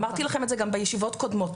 אמרתי לכם את זה גם בישיבות הקודמות,